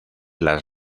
las